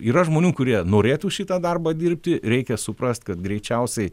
yra žmonių kurie norėtų šitą darbą dirbti reikia suprast kad greičiausiai